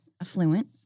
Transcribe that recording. affluent